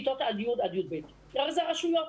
הרי זה הרשויות,